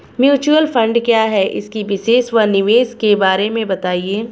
Mutual fund क्या है इसकी विशेषता व निवेश के बारे में बताइये?